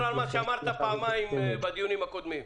על מה שאמרת פעמים בדיונים הקודמים.